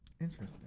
interesting